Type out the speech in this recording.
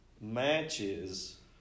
matches